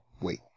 wait